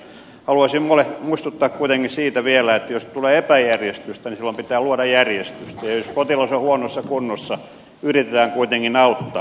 haluaisin muistuttaa kuitenkin siitä vielä että jos tulee epäjärjestystä niin silloin pitää luoda järjestystä ja jos potilas on huonossa kunnossa yritetään kuitenkin auttaa